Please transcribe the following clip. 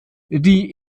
die